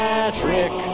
Patrick